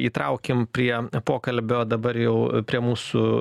įtraukim prie pokalbio dabar jau prie mūsų